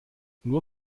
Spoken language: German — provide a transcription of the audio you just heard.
nur